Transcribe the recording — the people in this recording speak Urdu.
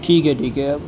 ٹھیک ہے ٹھیک ہے اب